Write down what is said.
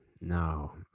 no